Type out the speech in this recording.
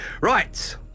Right